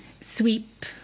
sweep